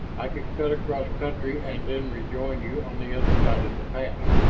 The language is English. i can cut across country and then rejoin you on the other side of the pass!